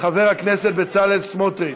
להמשך דיון בוועדת הפנים והגנת הסביבה.